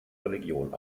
religion